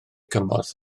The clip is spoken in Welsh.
cymorth